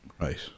Right